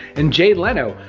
and jay leno,